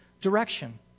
direction